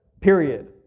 period